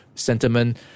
Sentiment